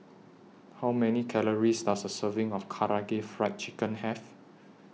How Many Calories Does A Serving of Karaage Fried Chicken Have